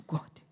God